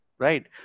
Right